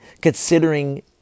considering